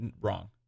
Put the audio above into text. wrong